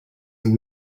and